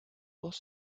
was